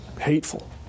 Hateful